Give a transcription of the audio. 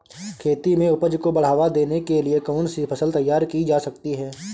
खेती में उपज को बढ़ावा देने के लिए कौन सी फसल तैयार की जा सकती है?